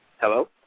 Hello